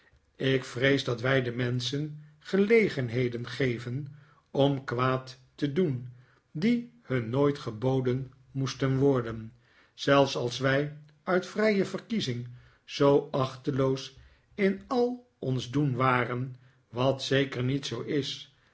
ik vrees dat wij de menschen gelegenheden geven om kwaad te doen die hun nooit geboden moesten worden zelfs als wij uit vrije verkiezing zoo achteloos in al ons doen waren wat zeker niet zoo is